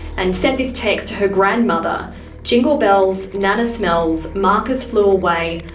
and sent this text to her grandmother jingle bells, nanna smells, marcus flew away.